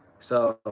so, ah